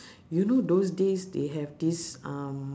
you know those days they have this um